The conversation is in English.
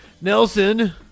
Nelson